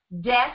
death